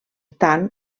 tant